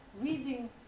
reading